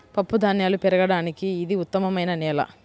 పప్పుధాన్యాలు పెరగడానికి ఇది ఉత్తమమైన నేల